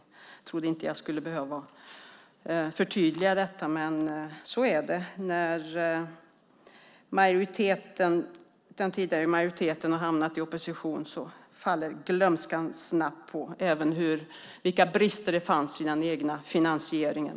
Jag trodde inte att jag skulle behöva förtydliga detta, men när den tidigare majoriteten har hamnat i opposition glömmer de snabbt även de brister som fanns i den egna finansieringen.